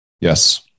Yes